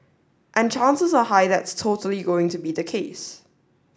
and chances are high that's totally going to be the case